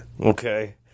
Okay